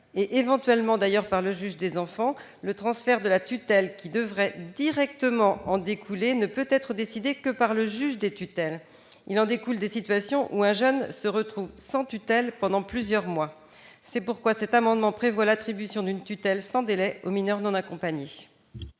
et, éventuellement, d'ailleurs, par le juge des enfants, le transfert de la tutelle, qui devrait directement en découler, ne peut être décidé que par le juge des tutelles. Un jeune peut alors se retrouver sans tutelle pendant plusieurs mois. C'est pourquoi cet amendement vise à prévoir l'attribution d'une tutelle sans délai aux mineurs non accompagnés.